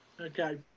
okay